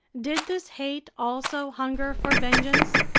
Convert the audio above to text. did this hate also hunger for vengeance?